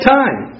time